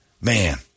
Man